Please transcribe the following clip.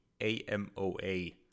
AMOA